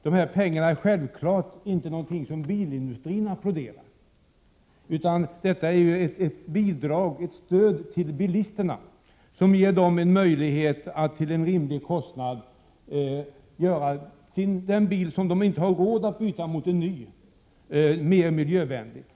Dessa pengar är självfallet ingenting som bilindustrin applåderar, utan det är ett stöd till bilisterna, som ger dem en möjlighet att till en rimlig kostnad göra om den bil som de inte har råd att byta till en ny mer miljövänlig.